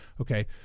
okay